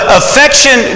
affection